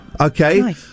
Okay